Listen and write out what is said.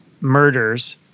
murders